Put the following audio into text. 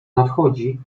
nadchodzi